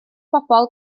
bobl